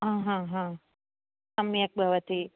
सम्यक् भवति